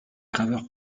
graveur